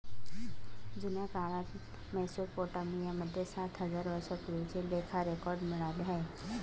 जुन्या काळात मेसोपोटामिया मध्ये सात हजार वर्षांपूर्वीचे लेखा रेकॉर्ड मिळाले आहे